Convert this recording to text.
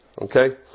Okay